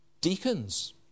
deacons